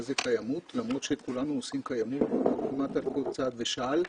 היא קיימות למרות שכולנו עושים קיימות כמעט על כל צעד ושעל.